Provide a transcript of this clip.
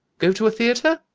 go to a theatre?